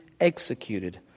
executed